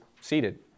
seated